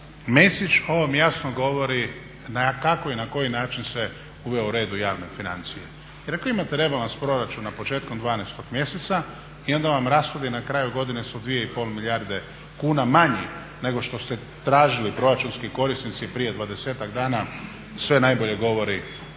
Mesić ovo vam jasno govori kako i na koji način se uveo red u javne financije. Jer ako imate rebalans proračuna početkom 12.mjeseca i onda vam rashodi na kraju godine su 2,5 milijarde kuna manji nego što ste tražili proračunski korisnici prije 20-ak dana, sve najbolje govori